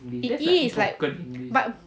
it is but